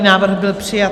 Návrh byl přijat.